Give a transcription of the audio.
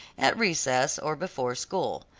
at recess or before school.